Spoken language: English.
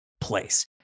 place